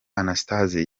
anastase